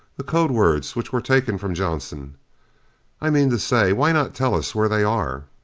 the code words which were taken from johnson i mean to say, why not tell us where they are?